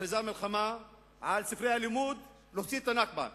מכריזה מלחמה על ספרי הלימוד, להוציא את ה"נכבה".